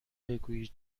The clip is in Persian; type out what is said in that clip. بگویید